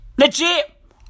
Legit